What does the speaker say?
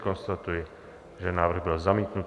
Konstatuji, že návrh byl zamítnut.